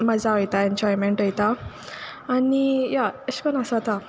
मजा वोयता इन्जॉयमेंट वोयता आनी या अेश कोन्न आसोता